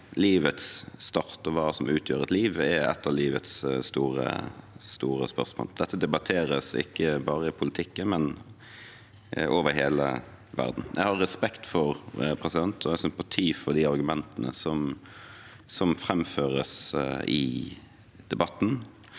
Livets start og hva som utgjør et liv, er et av livets store spørsmål. Dette debatteres ikke bare i politikken, men over hele verden. Jeg har respekt for og sympati for de argumentene som framføres i debatten,